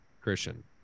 Christian